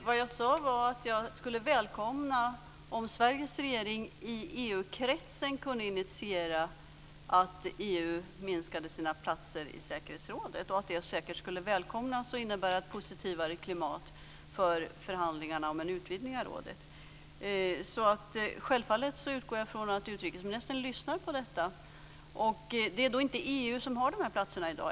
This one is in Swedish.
Herr talman! Jag sade att jag skulle välkomna om Sveriges regering i EU-kretsen kunde initiera att EU minskade sina platser i säkerhetsrådet. Det skulle säkert välkomnas och innebära ett positivare klimat för förhandlingarna om en utvidgning av rådet. Självfallet utgår jag från att utrikesministern lyssnar på detta. Det är inte EU som har platserna i dag.